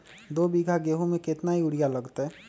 दो बीघा गेंहू में केतना यूरिया लगतै?